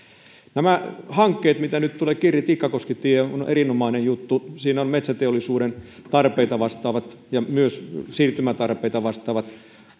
nämä hankkeet mitä nyt tulee kirri tikkakoski tie on erinomainen juttu siinä on metsäteollisuuden tarpeita vastaavat ja myös siirtymätarpeita vastaavat